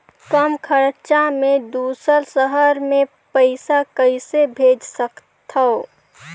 कम खरचा मे दुसर शहर मे पईसा कइसे भेज सकथव?